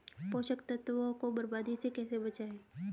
पोषक तत्वों को बर्बादी से कैसे बचाएं?